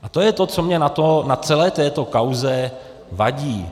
A to je to, co mi na celé této kauze vadí.